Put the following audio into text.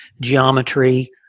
geometry